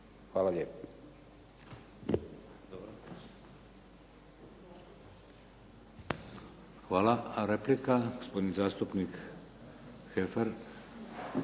Vladimir (HDZ)** Hvala. Replika gospodin zastupnik Heffer.